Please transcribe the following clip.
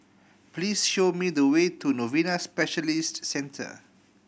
please show me the way to Novena Specialist Centre